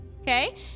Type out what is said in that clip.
Okay